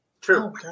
True